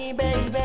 baby